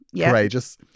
courageous